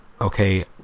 okay